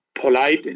polite